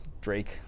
Drake